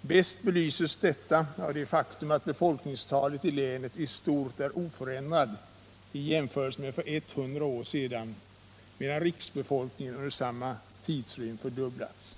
Bäst belyses detta av det faktum att befolkningstalet i länet i stort är oförändrat i jämförelse med för 100 år sedan, medan riksbefolkningen under samma tidrymd fördubblats.